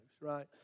right